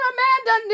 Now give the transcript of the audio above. Amanda